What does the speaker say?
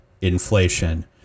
inflation